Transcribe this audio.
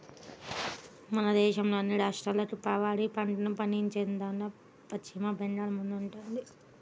మన దేశంలోని అన్ని రాష్ట్రాల్లోకి వరి పంటను పండించేదాన్లో పశ్చిమ బెంగాల్ ముందుందంట